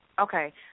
Okay